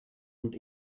und